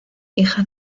hija